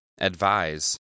Advise